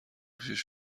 پیش